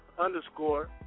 underscore